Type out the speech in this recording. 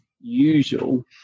usual